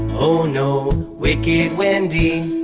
oh no, wicked wendy.